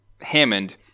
Hammond